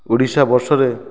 ଓଡ଼ିଶା ବର୍ଷରେ